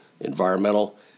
environmental